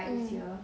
mm